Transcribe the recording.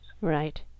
Right